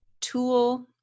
tool